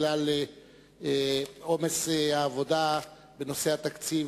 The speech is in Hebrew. בגלל עומס העבודה בנושא התקציב,